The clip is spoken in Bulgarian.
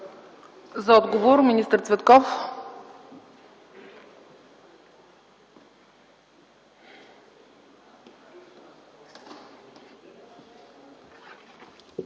За отговор – министър Цветков.